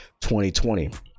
2020